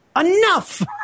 Enough